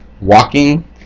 walking